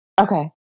Okay